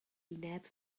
wyneb